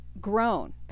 grown